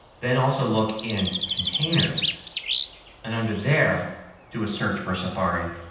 then also look in containers and under there do a search for safari